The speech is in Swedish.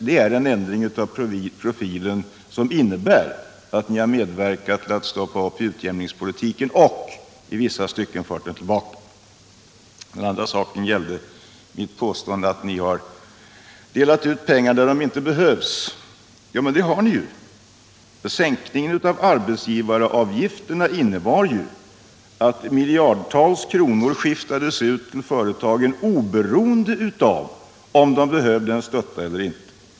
Det är en ändring av profilen på skattepolitiken som innebär, att ni har medverkat till att stoppa upp utjämningspolitiken och i vissa stycken har fört den tillbaka. För det andra påstod jag att ni har delat ut pengar där de inte behövs. Det har ni också gjort. Sänkningen av arbetsgivaravgifterna innebar ju att miliardtals kronor skiftades ut till företagen oberoende av om de behövde en stötta eller inte.